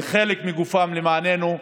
חלק מגופם למעננו,